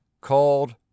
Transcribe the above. called